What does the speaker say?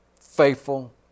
faithful